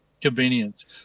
convenience